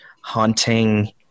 haunting